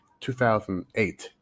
2008